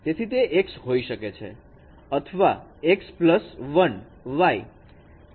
તેથી તે x હોઈ શકે છે અથવા x પ્લસ 1 y